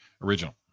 Original